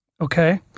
Okay